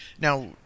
Now